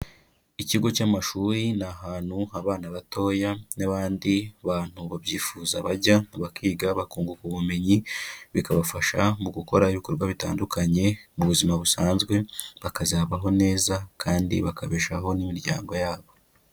Ikigo cy'amashuri ni ahantu abana batoya n'abandi bantu babyifuza bajya bakiga bakunguka ubumenyi, bikabafasha mu gukora ibikorwa bitandukanye, mu buzima busanzwe bakazabaho neza, kandi bakabeshaho n'imiryango yabo.